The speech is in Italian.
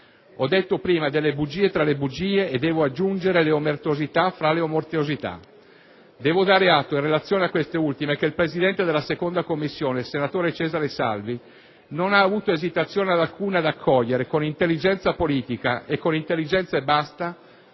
Ho detto prima delle bugie, tra le bugie. E devo aggiungere, le omertosità, tra le omertosità. Devo dare atto, in relazione a queste ultime, che il presidente della 2a Commissione, senatore Cesare Salvi, non ha avuto esitazione alcuna ad accogliere con intelligenza politica - e con intelligenza, e basta